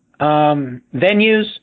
venues